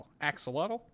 Axolotl